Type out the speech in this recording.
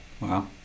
Wow